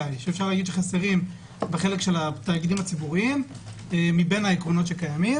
כי חסרים בחלק של התאגידים הציבוריים מבין העקרונות הקיחמים